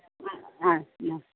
ആ ആ ന